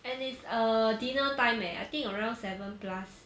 and it's err dinner time eh I think around seven plus